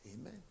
Amen